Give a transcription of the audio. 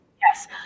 Yes